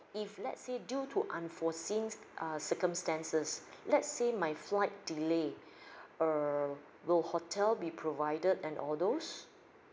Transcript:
if let's say due to unforeseen uh circumstances let's say my flight delay err will hotel be provided and all those